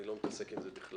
אני לא מתעסק עם זה בכלל.